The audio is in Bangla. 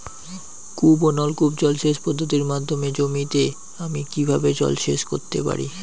কূপ ও নলকূপ জলসেচ পদ্ধতির মাধ্যমে জমিতে আমি কীভাবে জলসেচ করতে পারি?